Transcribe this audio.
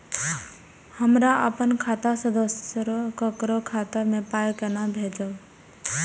हमरा आपन खाता से दोसर ककरो खाता मे पाय कोना भेजबै?